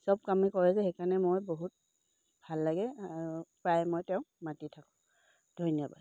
চব কামেই কৰে যে সেইকাৰণে মই বহুত ভাল লাগে আৰু প্ৰায় মই তেওঁক মাতি থাকোঁ ধন্যবাদ